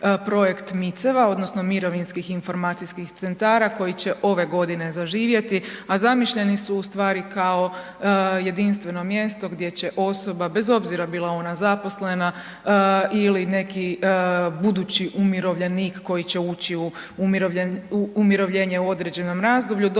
projekt MIC-eva odnosno Mirovinskih informacijskih centara koji će ove godine zaživjeti, a zamišljeni su ustvari kao jedinstveno mjesto gdje će osoba, bez obzira bila ona zaposlena ili neki budući umirovljenik koji će ući u umirovljenje u određenom razdoblju